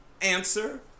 answer